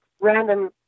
random